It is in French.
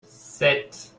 sept